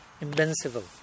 Invincible